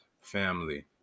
family